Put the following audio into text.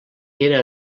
era